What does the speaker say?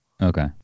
Okay